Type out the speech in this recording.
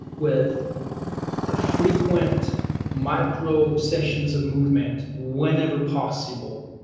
with ah frequent micro sessions of movement whenever possible.